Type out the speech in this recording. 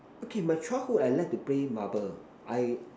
okay my childhood I like to play marble I